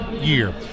year